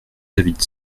david